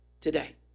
today